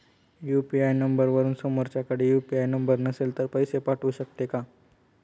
UPI नंबरवरून समोरच्याकडे UPI number नसेल तरी पैसे पाठवू शकते का?